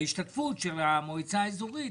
ההשתתפות של המועצה האזורית,